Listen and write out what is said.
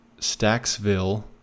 Stacksville